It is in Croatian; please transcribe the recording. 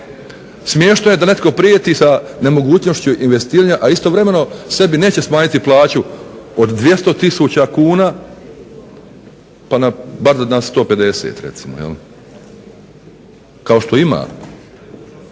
smiješno je da netko prijeti sa nemogućnošću investiranja, a istovremeno sebi neće smanjiti plaću od 200 tisuća kuna pa bar na 150 recimo, kao što ima